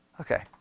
Okay